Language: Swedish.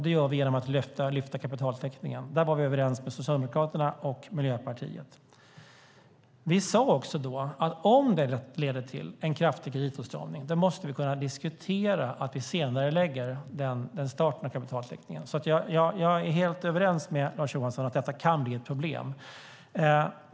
Det gör vi genom att lyfta kapitaltäckningen. Där var vi överens med Socialdemokraterna och Miljöpartiet. Vi sade då också att om detta leder till en kraftig kreditåtstramning så måste vi kunna diskutera att senarelägga starten av kapitaltäckningen. Jag är helt överens med Lars Johansson om att detta kan bli ett problem.